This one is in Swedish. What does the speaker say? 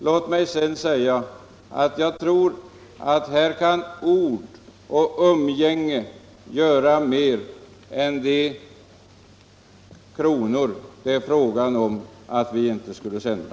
Låt mig slutligen säga att jag tror att här kan ord och umgänge göra mer än de kronor som det föreslås att vi inte skulle sända.